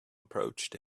approached